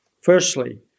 Firstly